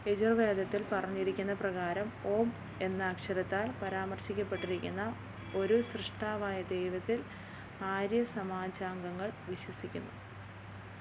യജുർവേദത്തിൽ പറഞ്ഞിരിക്കുന്ന പ്രകാരം ഓം എന്ന അക്ഷരത്താല് പരാമര്ശിക്കപ്പെട്ടിരിക്കുന്ന ഒരു സ്രഷ്ടാവായ ദൈവത്തില് ആര്യസമാജാംഗങ്ങൾ വിശ്വസിക്കുന്നു